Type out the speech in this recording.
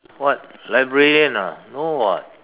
what librarian ah no [what]